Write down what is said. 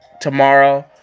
tomorrow